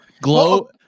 Glow